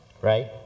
Right